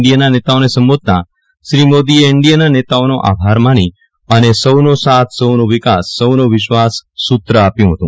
ડીએના નેતાઓને સંબોધતા શ્રી મોદીએ એનડીએના નેતાઓનો આભાર માની અને સૌનો સાથ સૌનો વિકાસ સૌનો વિશ્વાસ સુત્ર આપ્યુ હતું